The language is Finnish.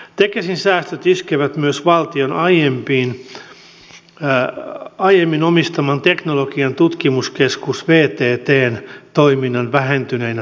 tekesin säästöt iskevät myös valtion aiemmin omistaman teknologian tutkimuskeskus vttn toiminnan vähentyneinä tilauksina